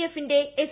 എഫിന്റെ എസ്